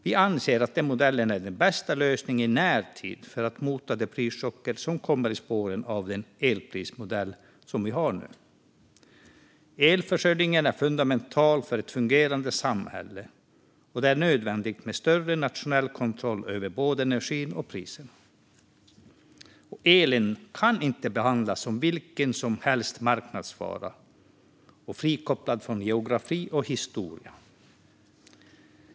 Vi anser att denna modell är den bästa lösningen i närtid för att mota de prischocker som kommer i spåren av den elprismodell vi har nu. Elförsörjningen är fundamental för ett fungerande samhälle, och det är nödvändigt med större nationell kontroll över både energin och priserna. Elen kan inte behandlas som vilken marknadsvara som helst, frikopplad från geografi och historia.